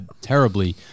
terribly